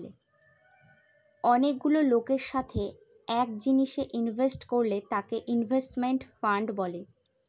অনেকগুলা লোকের সাথে এক জিনিসে ইনভেস্ট করলে তাকে ইনভেস্টমেন্ট ফান্ড বলে